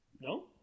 No